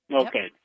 Okay